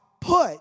put